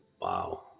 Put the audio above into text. Wow